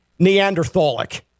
Neanderthalic